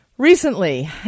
Recently